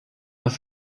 was